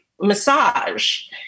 massage